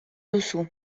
duzu